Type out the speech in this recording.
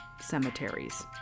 cemeteries